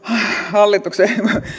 hallituksen